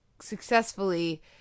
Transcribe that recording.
successfully